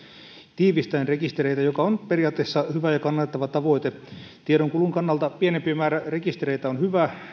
tiivistäen rekistereitä mikä on periaatteessa hyvä ja kannatettava tavoite tiedonkulun kannalta pienempi määrä rekistereitä on hyvä